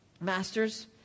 Masters